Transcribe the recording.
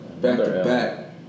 back-to-back